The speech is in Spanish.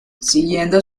siguiendo